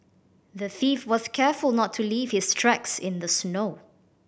the thief was careful not to leave his tracks in the snow